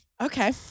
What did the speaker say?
Okay